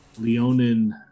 Leonin